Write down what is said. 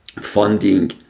funding